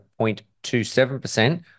0.27%